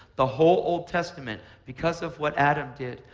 the whole old testament because of what adam did,